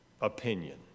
opinion